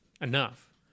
enough